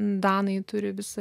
danai turi visą